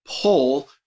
pull